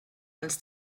als